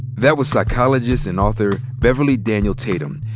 that was psychologist and author beverly daniel tatum.